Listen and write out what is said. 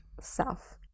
self